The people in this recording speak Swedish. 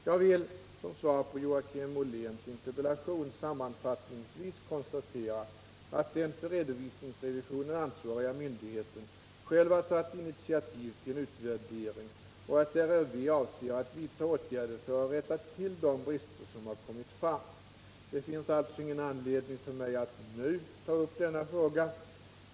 Jag vill som svar på Joakim Olléns interpellation sammanfattningsvis konstatera att den för redovisningsrevisionen ansvariga myndigheten själv tagit initiativ till en utvärdering och att RRV avser att vidta åtgärder för att rätta till de brister som har kommit fram. Det finns alltså ingen anledning för mig att nu ta upp denna fråga.